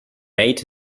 made